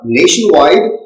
nationwide